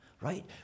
right